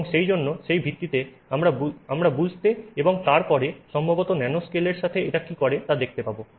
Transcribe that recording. এবং সেইজন্য সেই ভিত্তিতে আমরা বুঝতে এবং তারপরে সম্ভবত ন্যানোস্কেল এর সাথে কী করে তা দেখতে পাবো